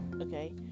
Okay